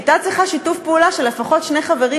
היא הייתה צריכה שיתוף פעולה של לפחות שני חברים